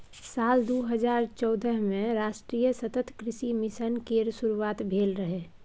साल दू हजार चौदह मे राष्ट्रीय सतत कृषि मिशन केर शुरुआत भेल रहै